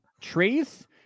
Trace